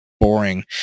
boring